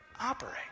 operate